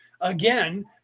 Again